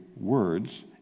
words